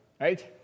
right